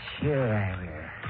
Sure